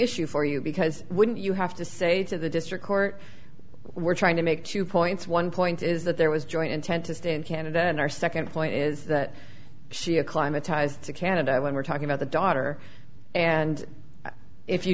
issue for you because when you have to say to the district court we're trying to make two points one point is that there was joint intent to stay in canada and our second point is that she is climatized to canada when we're talking about the daughter and if you